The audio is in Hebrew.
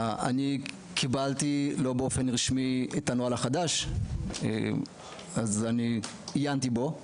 קיבלתי את הנוהל החדש ועיינתי בו.